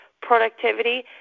productivity